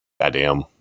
goddamn